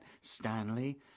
Stanley